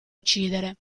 uccidere